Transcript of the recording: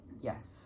Yes